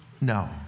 No